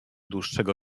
dłuższego